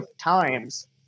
times